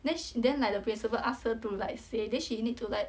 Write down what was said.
then she then like the principal ask her to like say then she you need to like